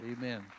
Amen